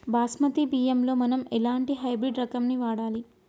బాస్మతి బియ్యంలో మనం ఎలాంటి హైబ్రిడ్ రకం ని వాడాలి?